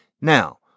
Now